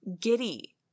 giddy